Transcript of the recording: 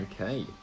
Okay